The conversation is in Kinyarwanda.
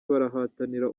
barahatanira